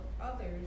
others